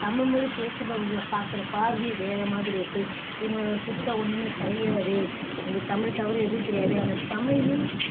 தமிழ்மொழி பேசுறவுங்கள பார்க்குற பார்வையே வேறு மாதிரி இருக்குது இவங்க சுத்த ஒன்றுமே தெரியாது இவங்களுக்கு தமிழ் தவிர எதுவும் தெரியாது அந்த தமிழே